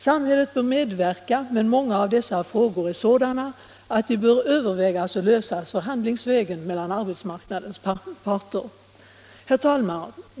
Samhället bör medverka, men många av dessa frågor är sådana att de bör övervägas och lösas förhandlingsvägen mellan arbetsmarknadens parter. Herr talman!